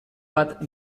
bat